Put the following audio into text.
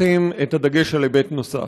לשים את הדגש על היבט נוסף.